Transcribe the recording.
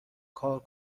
کار